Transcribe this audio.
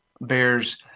bears